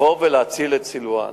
לבוא ולהציל את סילואן.